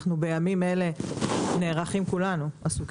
בימים אלה אנחנו נערכים כולנו לעסוק